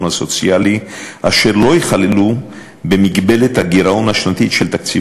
הסוציאלי אשר לא ייכללו במגבלת הגירעון השנתית של תקציב